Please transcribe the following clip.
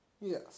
Yes